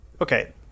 Okay